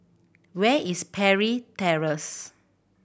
where is Parry Terrace